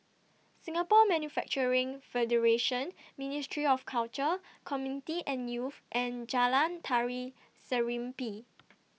Singapore Manufacturing Federation Ministry of Culture Community and Youth and Jalan Tari Serimpi